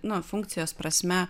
nu funkcijos prasme